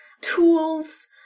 tools